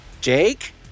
Jake